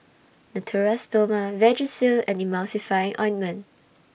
Natura Stoma Vagisil and Emulsying Ointment